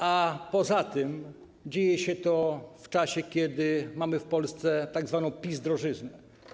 A poza tym dzieje się to w czasie, kiedy mamy w Polsce tzw. PiS-drożyznę.